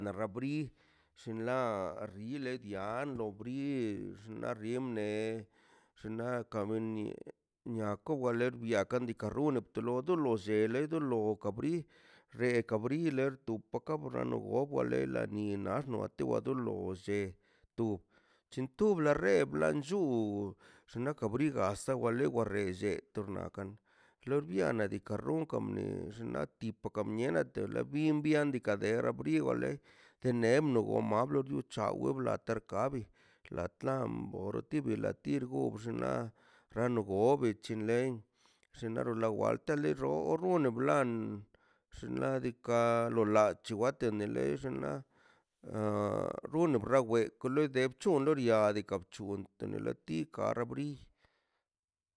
Na rabrí sin ḻa rile bian lo bri xnarimle xna ka bni nia kobale bia kandika runne dolo dolo llele dolo kabri rekabriler to poka mrano wo bale la ni narno to ka dolo lle to nshi to la re bḻa nllú shna kabriga asa waḻe ware lle to rna kan lolbiánaꞌ dikaꞌ rumkaꞌ mne xna di pakaꞌ bnieꞌ naꞌ dele bin bian dikaꞌ der bria ale tenemlo ombamlo ducha wbḻa tercabi latlanbor tibila tirborx naꞌ rano bobi chilen sinarro lawateler orun ḻan sin ladika lo la chiwatenle llenaꞌ a runo rawe le de chon loo dga diga chon tenele diga rabrí.